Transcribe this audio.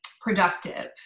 productive